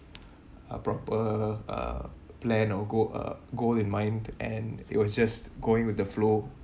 a proper uh plan or goal uh goal in mind and it was just going with the flow